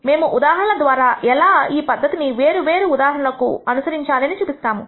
మేము ఉదాహరణల ద్వారా ఎలా ఈ పద్ధతిని వేరు వేరు ఉదాహరణలు లకు అనుసరించాలి అని చూపిస్తాము